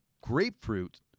grapefruit